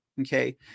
okay